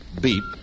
beep